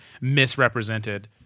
misrepresented